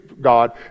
God